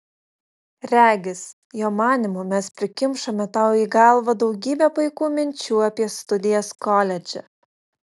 regis jo manymu mes prikimšome tau į galvą daugybę paikų minčių apie studijas koledže